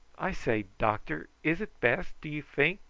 i say, doctor, is it best, do you think,